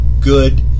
good